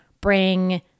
bring